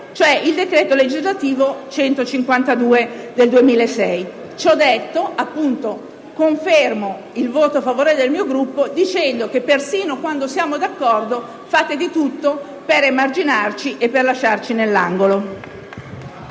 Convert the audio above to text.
cioè il decreto legislativo n. 152 del 2006. Ciò detto, confermo il voto favorevole del mio Gruppo, aggiungendo però che persino quando siamo d'accordo fate di tutto per emarginarci e per lasciarci nell'angolo.